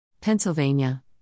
Pennsylvania